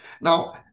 Now